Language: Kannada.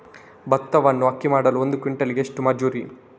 ಭತ್ತವನ್ನು ಅಕ್ಕಿ ಮಾಡಲು ಒಂದು ಕ್ವಿಂಟಾಲಿಗೆ ಎಷ್ಟು ಮಜೂರಿ?